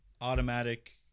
automatic